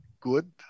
good